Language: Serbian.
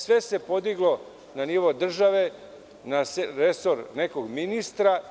Sve se podiglo na nivo države, na resor nekog ministra.